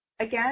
Again